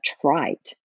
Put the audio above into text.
trite